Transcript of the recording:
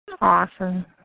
Awesome